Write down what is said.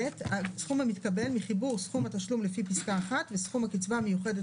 הסכום המתקבל מחיבור סכום התשלום לפי פסקה (1) וסכום הקצבה המיוחדת